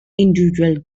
individual